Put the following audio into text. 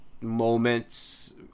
moments